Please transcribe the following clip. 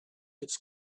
its